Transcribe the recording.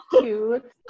cute